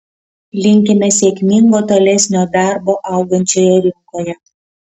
linkime sėkmingo tolesnio darbo augančioje rinkoje